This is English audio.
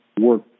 work